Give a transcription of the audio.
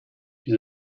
die